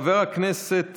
חבר הכנסת